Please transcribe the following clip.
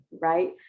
right